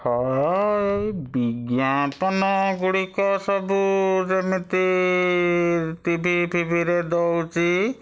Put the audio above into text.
ହଁ ଏଇ ବିଜ୍ଞାପନ ଗୁଡ଼ିକ ସବୁ ଯେମିତି ଟି ଭି ଫିବିରେ ଦେଉଛି